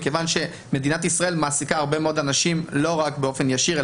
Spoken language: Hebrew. מכיוון שמדינת ישראל מעסיקה הרבה מאוד אנשים לא רק באופן ישיר,